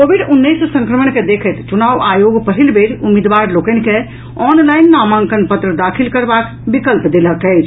Covid उन्नैस संक्रमण के देखैत चुनाव आयोग पहिल बेर उम्मीदवार लोकनि के ऑनलाईन नामांकन पत्र दाखिल करबाक विकल्प देलक अछि